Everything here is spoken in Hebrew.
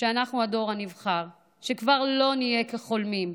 שאנחנו הדור הנבחר, שכבר לא נהיה כחולמים,